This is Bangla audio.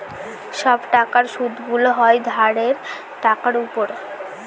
সব টাকার সুদগুলো হয় ধারের টাকার উপর